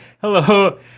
Hello